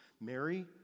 Mary